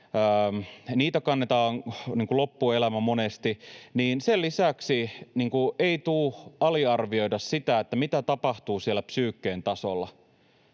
monesti kannetaan loppuelämä, ei tule aliarvioida sitä, mitä tapahtuu siellä psyyken tasolla.